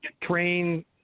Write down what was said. train